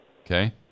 okay